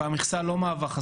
והמכסה לא מהווה חסם.